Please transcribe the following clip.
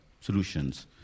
solutions